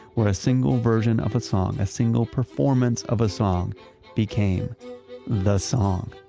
where a single version of a song, a single performance of a song became the song.